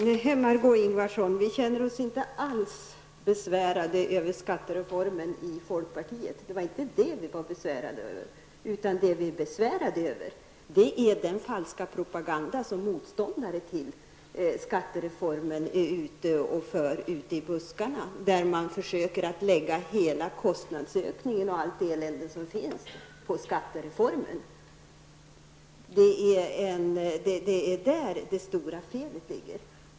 Herr talman! Nej, Margó Ingvardsson, vi känner oss inte alls besvärade över skattereformen i folkpartiet. Det var inte det vi är besvärade över. Det vi är besvärade över är den falska propaganda som motståndare till skattereformen bedriver ute i buskarna. Man försöker lägga hela kostnadsökningen och allt elände som finns på skattereformen. Det är där det stora felet ligger.